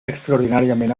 extraordinàriament